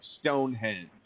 Stonehenge